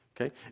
Okay